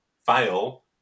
fail